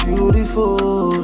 Beautiful